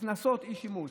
קנסות, אי-שימוש.